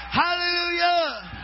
hallelujah